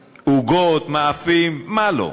עוגות, מאפים, מה לא.